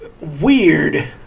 weird